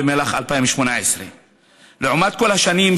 במהלך 2018. לעומת כל השנים,